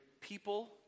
people